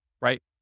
right